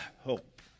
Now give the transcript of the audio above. hope